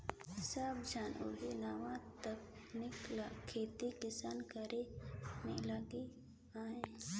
सब झन ओही नावा तकनीक ले खेती किसानी करे में लगिन अहें